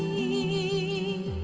ee